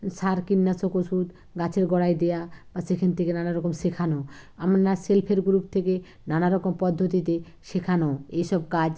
সার কীটনাশক ওষুধ গাছের গোড়ায় দেওয়া বা সেখান থেকে নানা রকম শেখানো আমি না সেলফহেল্প গ্রুপ থেকে নানা রকম পদ্ধতিতে শেখানো এইসব কাজ